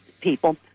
people